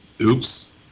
Oops